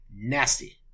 Nasty